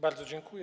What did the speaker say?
Bardzo dziękuję.